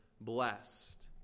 blessed